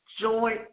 Joint